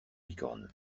bicorne